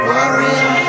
Warrior